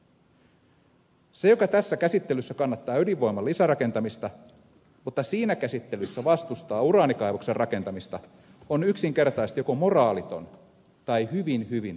se joka tässä käsittelyssä kannattaa ydinvoiman lisärakentamista mutta siinä käsittelyssä vastustaa uraanikaivoksen rakentamista on yksinkertaisesti joko moraaliton tai hyvin hyvin epälooginen ihminen